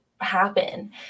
happen